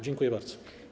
Dziękuję bardzo.